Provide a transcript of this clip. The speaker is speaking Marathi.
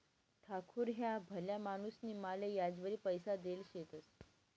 ठाकूर ह्या भला माणूसनी माले याजवरी पैसा देल शेतंस